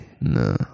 No